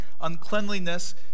uncleanliness